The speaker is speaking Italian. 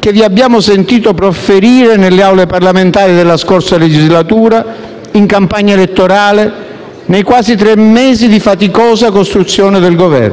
che vi abbiamo sentito proferire nelle Aule parlamentari della scorsa legislatura, in campagna elettorale, nei quasi tre mesi di faticosa costruzione del Governo.